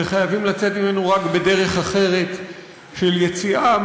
וחייבים לצאת ממנו בדרך אחרת של יציאה,